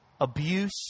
abuse